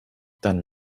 dann